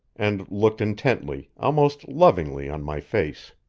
and looked intently, almost lovingly, on my face.